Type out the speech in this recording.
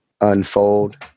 unfold